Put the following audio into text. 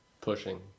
Pushing